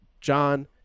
John